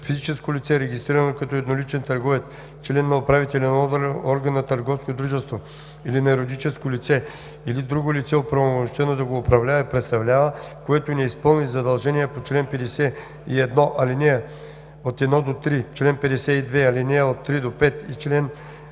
Физическо лице, регистрирано като едноличен търговец, член на управителен орган на търговско дружество или на юридическо лице, или друго лице, оправомощено да го управлява и представлява, което не изпълни задължение по чл. 51, ал. 1 – 3, чл. 52, ал. 3 – 5 и ал.